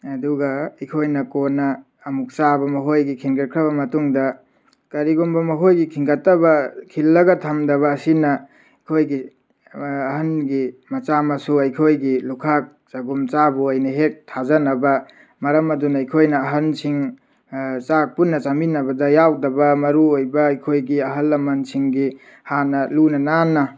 ꯑꯗꯨꯒ ꯑꯩꯈꯣꯏꯅ ꯀꯣꯟꯅ ꯑꯃꯨꯛ ꯆꯥꯕ ꯃꯈꯣꯏꯒꯤ ꯈꯤꯟꯒꯠꯈ꯭ꯔꯕ ꯃꯇꯨꯡꯗ ꯀꯔꯤꯒꯨꯝꯕ ꯃꯈꯣꯏꯒꯤ ꯈꯤꯟꯈꯠꯇꯕ ꯈꯤꯜꯂꯒ ꯊꯝꯗꯕ ꯑꯁꯤꯅ ꯑꯩꯈꯣꯏꯒꯤ ꯑꯍꯟꯒꯤ ꯃꯆꯥ ꯃꯁꯨ ꯑꯩꯈꯣꯏꯒꯤ ꯂꯨꯈꯥꯛ ꯆꯒꯨꯝ ꯆꯥꯕ ꯑꯣꯏꯅ ꯍꯦꯛ ꯊꯥꯖꯅꯕ ꯃꯔꯝ ꯑꯗꯨꯅ ꯑꯩꯈꯣꯏꯅ ꯑꯍꯟꯁꯤꯡ ꯆꯥꯛ ꯄꯨꯟꯅ ꯆꯥꯃꯤꯟꯅꯕꯗ ꯌꯥꯎꯗꯕ ꯃꯔꯨ ꯑꯣꯏꯕ ꯑꯩꯈꯣꯏꯒꯤ ꯑꯍꯜ ꯂꯃꯟꯁꯤꯡꯒꯤ ꯍꯥꯟꯅ ꯂꯨꯅ ꯅꯥꯟꯅ